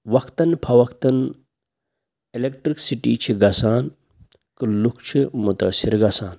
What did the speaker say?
وَقتاً فَوقتاً electricity چھِ گَژھان تہٕ لُکھ چھِ مُتٲثر گژھان